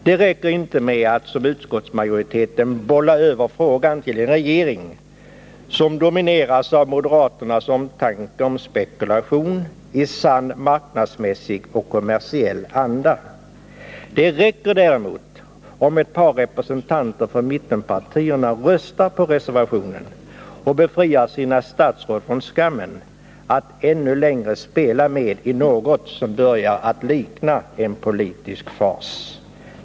Det räcker inte att, som utskottsmajoriteten gör, bolla över frågan till en regering som domineras av moderaternas omtanke om spekulation i sann marknadsmässig och kommersiell anda. Det räcker däremot om ett par representanter för mittenpartierna röstar för reservationen och befriar sina statsråd från skammen att ännu längre spela med i något som börjar likna en politisk fars.